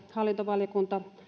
hallintovaliokunta